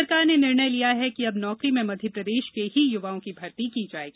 सरकार ने निर्णय लिया है कि अब नौकरी में मध्यप्रदेश के ही युवाओं की भर्ती की जायेगी